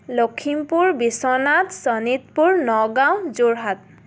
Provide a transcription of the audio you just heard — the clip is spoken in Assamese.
লখিমপুৰ বিশ্বনাথ শোণিতপুৰ নগাঁও যোৰহাট